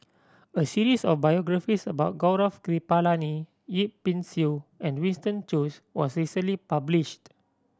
a series of biographies about Gaurav Kripalani Yip Pin Xiu and Winston Choos was recently published